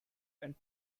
and